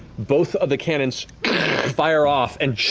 both of the cannons fire off and,